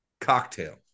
Cocktail